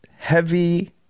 heavy